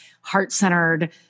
heart-centered